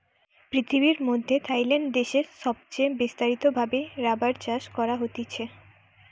পৃথিবীর মধ্যে থাইল্যান্ড দেশে সবচে বিস্তারিত ভাবে রাবার চাষ করা হতিছে